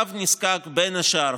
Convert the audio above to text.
הקו נזקק בין השאר,